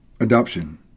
Adoption